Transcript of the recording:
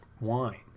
wine